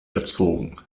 erzogen